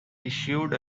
issued